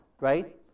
right